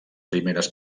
primeres